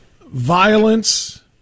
Violence